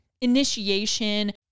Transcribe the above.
initiation